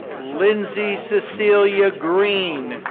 lindsey cecilia greene.